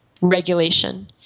regulation